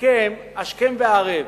מכם השכם והערב,